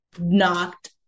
knocked